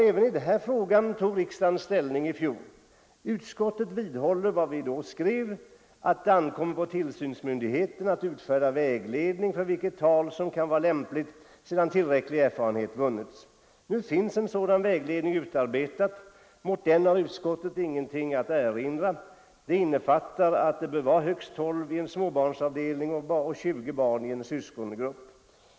Även i den frågan tog riksdagen ställning i fjol. Utskottet vidhåller vad det då skrev, att det ankommer på tillsynsmyndigheten att utfärda vägledning för vilket tal som kan vara lämpligt sedan tillräcklig erfarenhet vunnits. Nu finns en sådan vägledning utarbetad. Mot den har utskottet ingenting att erinra. I den sägs att det bör vara högst 12 barn i en småbarnsavdelning och 20 i en syskongrupp.